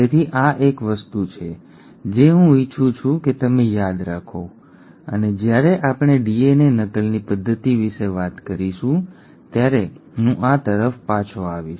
તેથી આ એક વસ્તુ છે જે હું ઇચ્છું છું કે તમે યાદ રાખો અને જ્યારે આપણે ડીએનએ નકલની પદ્ધતિ વિશે વાત કરીશું ત્યારે હું આ તરફ પાછો આવીશ